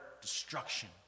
destruction